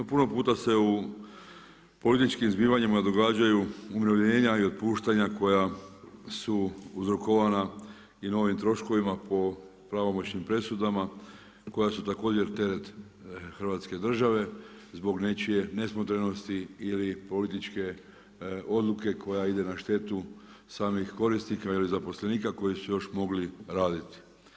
Puno puta se u političkim zbivanjima umirovljenja i otpuštanja koja su uzrokovana i novim troškovima po pravomoćnim presudama i koja su također teret Hrvatske države zbog nečije nesmotrenosti ili političke odluka koja ide na štetu samih korisnika ili zaposlenika koji su još mogli raditi.